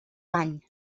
bany